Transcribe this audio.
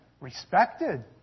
respected